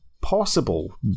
possible